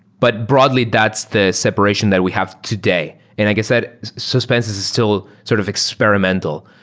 but broadly that's the separation that we have today, and i guess that suspense is is still sort of experimental,